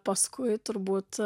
paskui turbūt